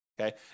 okay